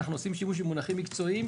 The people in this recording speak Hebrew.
אנחנו עושים שימוש במונחים מקצועיים,